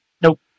Nope